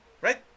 Right